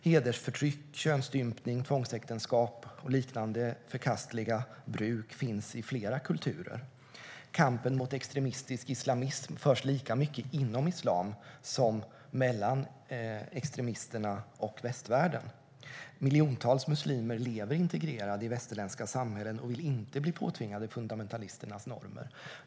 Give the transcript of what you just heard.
Hedersförtryck, könsstympning, tvångsäktenskap och liknande förkastliga bruk finns i flera kulturer. Kampen mot extremistisk islamism förs lika mycket inom islam som mellan extremisterna och västvärlden. Miljontals muslimer lever integrerade i västerländska samhällen och vill inte bli påtvingade fundamentalisternas normer.